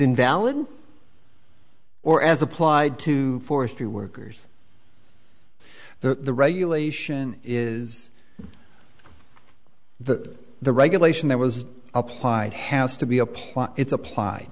invalid or as applied to forestry workers the regulation is that the regulation that was applied has to be applied it's applied